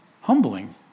humbling